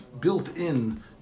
built-in